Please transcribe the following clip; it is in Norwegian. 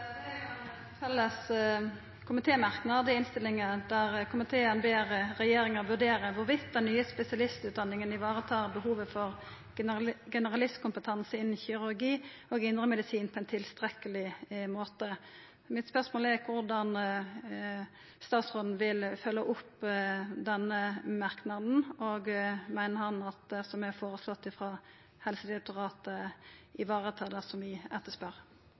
felles komitémerknad i innstillinga der komiteen ber regjeringa vurdera om den nye spesialistutdanninga varetar behovet for generalistkompetanse innan kirurgi og indremedisin på ein tilstrekkeleg måte. Mitt spørsmål er korleis statsråden vil følgja opp den merknaden, og om han meiner at det som er føreslått frå Helsedirektoratet, varetar det som vi etterspør. Jeg mener at den merknaden i